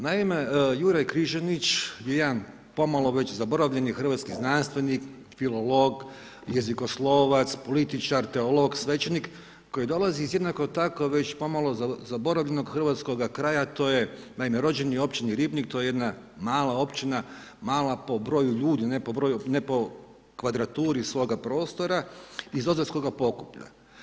Naime, Juraj Križanić je jedan pomalo već zaboravljeni hrvatski znanstvenik, filolog, jezikoslovac, političar, teolog, svećenik koji dolazi iz jednako tako već pomalo zaboravljenog hrvatskog kraja, to je, naime rođen je u općini Ribnik, to je jedna mala općina, mala po broju ljudi a ne po kvadraturi svoga prostora iz Ozaljskoga pokuplja.